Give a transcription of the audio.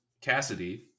Cassidy